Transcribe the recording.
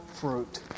fruit